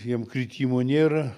jiem kritimų nėra